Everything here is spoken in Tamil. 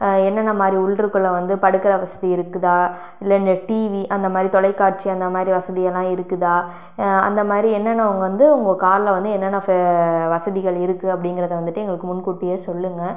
என்னென்ன மாதிரி உள்ளுக்குள்ளே வந்து படுக்கிற வசதி இருக்குதா இல்லை அந்த டீவி அந்த மாதிரி தொலைக்காட்சி அந்த மாதிரி வசதி எல்லாம் இருக்குதா அந்த மாதிரி என்னென்ன அங்கே வந்து உங்கள் காரில் வந்து என்னென்ன வசதிகள் இருக்குது அப்படிங்குறத வந்துவிட்டு எங்களுக்கு முன்கூட்டியே சொல்லுங்கள்